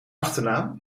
achternaam